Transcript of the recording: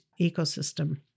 Ecosystem